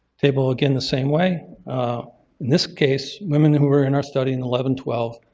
table again the same way. in this case women who were in our study in eleven twelve,